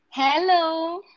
Hello